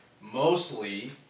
mostly